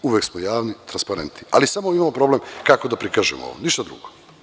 Uvek smo javni i transparentni, ali samo imamo problem kako da prikažemo ovo, ništa drugo.